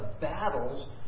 battles